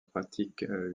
pratique